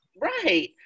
Right